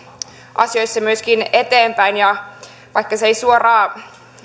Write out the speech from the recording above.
asioissa myöskin eteenpäin ja vaikka se ei suoraan